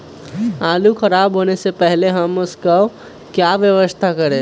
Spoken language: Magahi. आलू खराब होने से पहले हम उसको क्या व्यवस्था करें?